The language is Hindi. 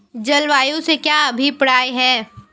जलवायु से क्या अभिप्राय है?